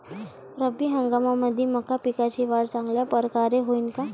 रब्बी हंगामामंदी मका पिकाची वाढ चांगल्या परकारे होईन का?